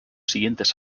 siguientes